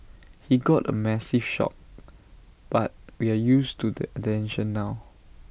he got A massive shock but we're used to the attention now